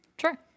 Sure